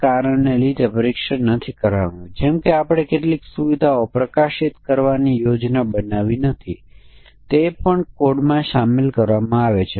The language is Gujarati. તેથી સચિત્ર રીતે આપણે તેને એક કાર્યક્રમ તરીકે રજૂ કરી શકીએ છીએ જે બ્લેક બોક્સ છે જે વિવિધ કર્મચારીઓની બધી આયુ લે છે અને સરેરાશ વય છાપશે